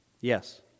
Yes